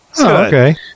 Okay